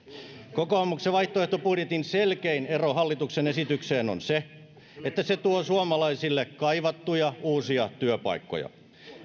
kokoomuksen vaihtoehtobudjetin selkein ero hallituksen esitykseen on se että se tuo suomalaisille kaivattuja uusia työpaikkoja